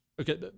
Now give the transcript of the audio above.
Okay